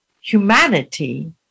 humanity